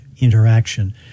interaction